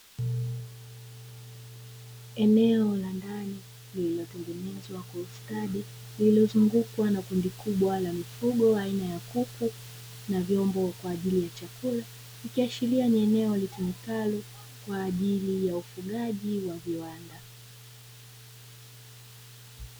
Eneo la ndani lililotengenezwa kwa ustadi lililozungukwa na kundi kubwa la mifugo aina ya kuku na vyombo kwa ajili ya chakula ikiashiria ni eneo litumikalo kwa ajili ya ufugaji wa viwanda.